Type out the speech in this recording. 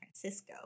Francisco